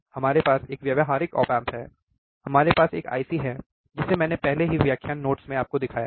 हमारे पास एक व्यावहारिक ऑप एम्प है हमारे पास एक IC है जिसे मैंने पहले ही व्याख्यान नोट्स में आपको दिखाया है